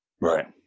Right